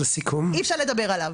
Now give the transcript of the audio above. אי-אפשר לדבר עליו.